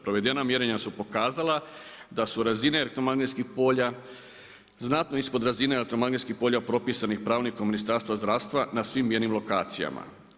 Provedena mjerenja su pokazala da su razine elektromagnetskih polja znatno ispod razine elektromagnetskih polja propisanih pravilnikom Ministarstva zdravstva na svim mjernim lokacijama.